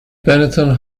benton